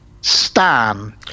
stan